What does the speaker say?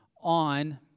on